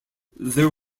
there